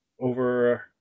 over